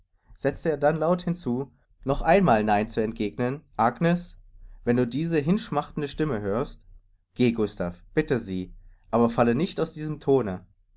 setzte er dann laut hinzu noch einmal nein zu entgegnen agnes wenn du diese hinschmachtende stimme hörst geh gustav bitte sie aber falle nicht aus diesem tone